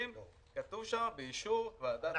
כתוב שם: באישור ועדת הכספים.